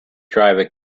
driver